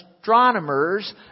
astronomers